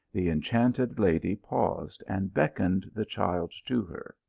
the enchanted lady paused, and beckoned the child to her.